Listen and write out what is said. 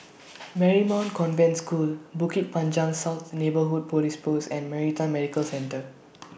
Marymount Convent School Bukit Panjang South Neighbourhood Police Post and Maritime Medical Centre